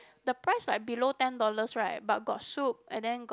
the price right below ten dollars right but got soup and then got